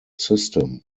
system